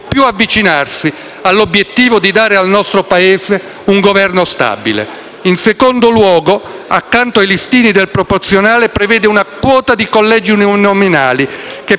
un Governo stabile.